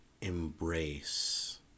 embrace